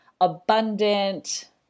abundant